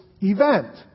event